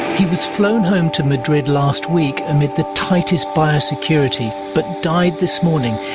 he was flown home to madrid last week amid the tightest bio security, but died this morning,